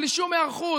בלי שום היערכות,